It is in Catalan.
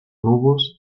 núvols